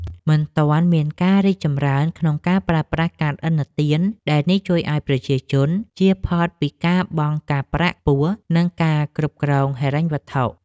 មិនទាន់មានការរីកចម្រើនក្នុងការប្រើប្រាស់កាតឥណទានដែលនេះជួយឱ្យប្រជាជនជៀសផុតពីការបង់ការប្រាក់ខ្ពស់និងការគ្រប់គ្រងហិរញ្ញវត្ថុ។